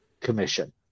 commission